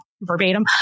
verbatim